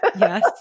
Yes